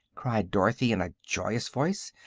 cried dorothy, in a joyous voice,